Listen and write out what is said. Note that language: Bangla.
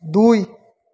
দুই